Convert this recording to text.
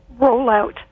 rollout